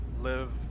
live